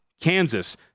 Kansas